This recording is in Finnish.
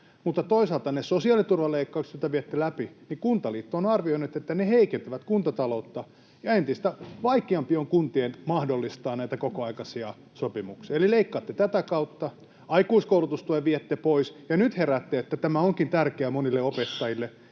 Mutta toisaalta niiden sosiaaliturvaleikkausten osalta, joita viette läpi, Kuntaliitto on arvioinut, että ne heikentävät kuntataloutta ja entistä vaikeampi on kuntien mahdollistaa näitä kokoaikaisia sopimuksia. Eli leikkaatte tätä kautta, aikuiskoulutustuen viette pois, ja nyt heräätte, että tämä onkin tärkeä monille opettajille.